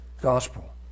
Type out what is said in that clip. gospel